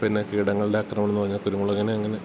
പിന്നെ കീടങ്ങളുടെ ആക്രമണമെന്നു പറഞ്ഞാല് കുരുമുളകിനങ്ങനെ